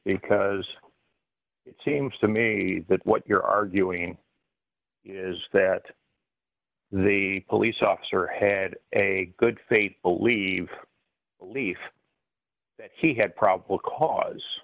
because it seems to me that what you're arguing is that the police officer had a good faith believe leif that he had probable cause